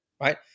right